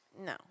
no